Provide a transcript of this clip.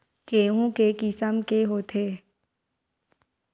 गेहूं के किसम के होथे?